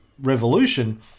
revolution